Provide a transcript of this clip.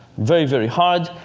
very, very hard.